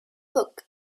book